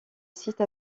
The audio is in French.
site